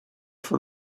for